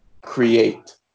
create